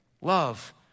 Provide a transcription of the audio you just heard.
love